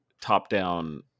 top-down